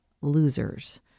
losers